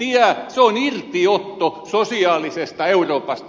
se on irtiotto sosiaalisesta euroopasta